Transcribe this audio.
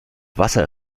wasser